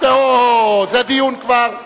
אוהו, זה דיון כבר.